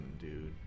dude